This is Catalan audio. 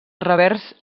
revers